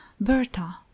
Berta